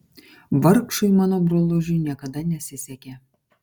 vargšui mano brolužiui niekada nesisekė